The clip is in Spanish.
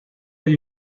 hay